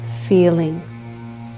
feeling